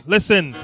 Listen